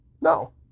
No